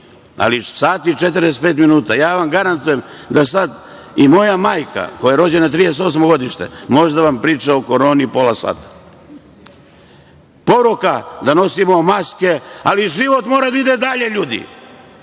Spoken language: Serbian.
ali sat i 45 minuta! Ja vam garantujem da sad i moja majka, koja je rođena 1938. godine, može da vam priča o koroni pola sata. Poruka je da nosimo maske, ali, život mora da ide dalje, ljudi.